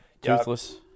toothless